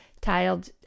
tiled